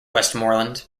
westmorland